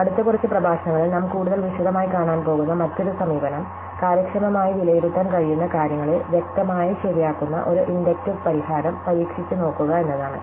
അടുത്ത കുറച്ച് പ്രഭാഷണങ്ങളിൽ നാം കൂടുതൽ വിശദമായി കാണാൻ പോകുന്ന മറ്റൊരു സമീപനം കാര്യക്ഷമമായി വിലയിരുത്താൻ കഴിയുന്ന കാര്യങ്ങളെ വ്യക്തമായി ശരിയാക്കുന്ന ഒരു ഇൻഡക്റ്റീവ് പരിഹാരം പരീക്ഷിച്ച് നോക്കുക എന്നതാണ്